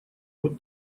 вот